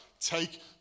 take